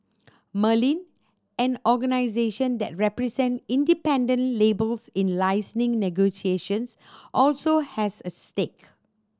Merlin an organisation that represent independent labels in licensing negotiations also has a stake